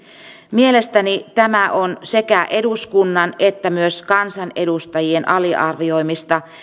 mielestäni tämä on sekä eduskunnan että myös kansanedustajien aliarvioimista